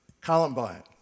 Columbine